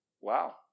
Wow